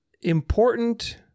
important